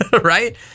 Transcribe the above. Right